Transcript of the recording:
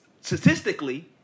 statistically